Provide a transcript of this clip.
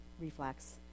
reflex